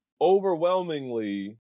overwhelmingly